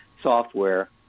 software